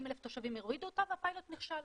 60,000 תושבים הורידו אותה והפיילוט נכשל,